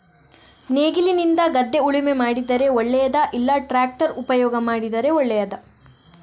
ನೇಗಿಲಿನಿಂದ ಗದ್ದೆ ಉಳುಮೆ ಮಾಡಿದರೆ ಒಳ್ಳೆಯದಾ ಇಲ್ಲ ಟ್ರ್ಯಾಕ್ಟರ್ ಉಪಯೋಗ ಮಾಡಿದರೆ ಒಳ್ಳೆಯದಾ?